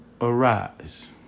arise